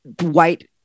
white